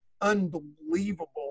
unbelievable